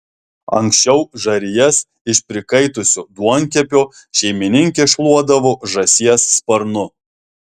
anksčiau žarijas iš prikaitusio duonkepio šeimininkės šluodavo žąsies sparnu